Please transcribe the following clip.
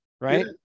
Right